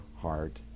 heart